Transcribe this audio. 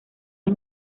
del